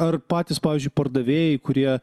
ar patys pavyzdžiui pardavėjai kurie